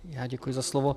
Děkuji za slovo.